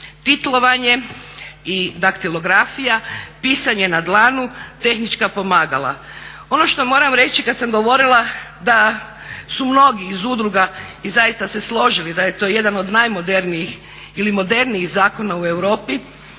titlovanje i daktilografija, pisanje na dlanu, tehnička pomagala. Ono što moram reći kada sam govorila da su mnogi iz udruga se složili da je to jedan od najmodernijih ili modernijih zakona u Europi